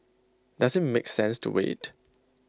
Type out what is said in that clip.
does IT make sense to wait